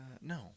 No